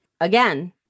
again